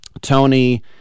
Tony